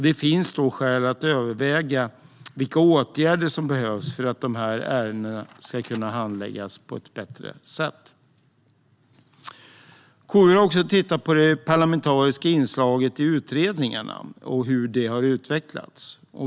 Det finns skäl att överväga vilka åtgärder som behövs för att dessa ärenden ska kunna handläggas på ett bättre sätt. KU har också tittat på det parlamentariska inslaget i utredningarna och hur det har utvecklats.